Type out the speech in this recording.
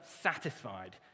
satisfied